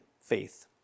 faith